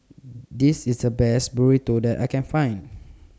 This IS The Best Burrito that I Can Find